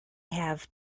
have